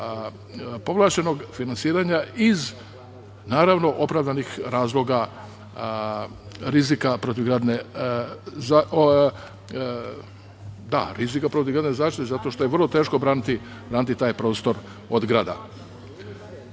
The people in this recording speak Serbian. povlašćenog finansiranja, naravno iz opravdanih razloga rizika protivgradne zaštite, zato što je vrlo teško braniti taj prostor od grada. Ono